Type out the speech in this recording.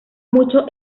mucho